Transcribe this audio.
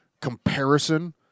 comparison